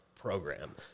program